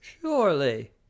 surely